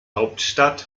hauptstadt